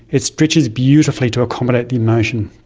it stretches beautifully to accommodate the motion.